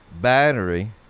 Battery